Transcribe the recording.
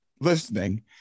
listening